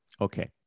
okay